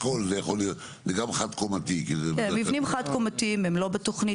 מבנים חד-קומתיים הם לא בתוכנית.